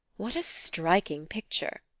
what a striking picture!